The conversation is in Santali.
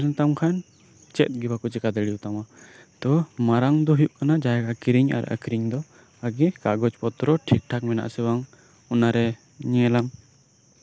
ᱠᱟᱜᱚᱡᱽ ᱛᱟᱦᱮᱸ ᱞᱮᱱᱛᱟᱢ ᱠᱷᱟᱱ ᱪᱮᱫ ᱦᱚᱸ ᱵᱟᱠᱚ ᱪᱤᱠᱟᱹ ᱫᱟᱲᱮᱭᱟᱜᱼᱟᱛᱳ ᱢᱟᱲᱟᱝ ᱫᱚ ᱦᱩᱭᱩᱜ ᱠᱟᱱᱟ ᱡᱟᱭᱜᱟ ᱠᱤᱨᱤᱧ ᱟᱨ ᱟᱠᱷᱨᱤᱧ ᱫᱚ ᱟᱜᱮ ᱠᱟᱜᱚᱡᱽ ᱯᱚᱛᱨᱚ ᱴᱷᱤᱠ ᱴᱷᱟᱠ ᱢᱮᱱᱟᱜ ᱟᱥᱮ ᱵᱟᱝ ᱚᱱᱟᱨᱮ ᱧᱮᱞ ᱟᱢ